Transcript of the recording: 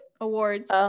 awards